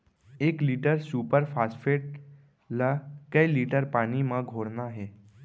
एक litre super phosphate ला कए लीटर पानी मा घोरना हे?